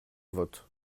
vote